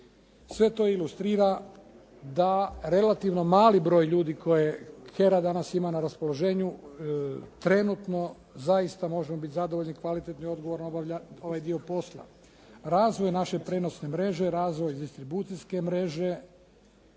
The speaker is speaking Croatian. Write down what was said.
sve to ilustrira da relativno mali broj ljudi koje tjera danas ima na raspoloženju trenutno zaista možemo biti zadovoljni kvalitetno i odgovorno obavlja ovaj dio posla. Razvoj naše prijenosne mreže, razvoj distribucijske mreže,